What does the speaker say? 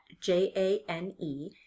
J-A-N-E